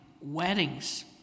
weddings